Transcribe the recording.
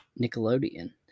Nickelodeon